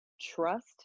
trust